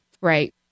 Right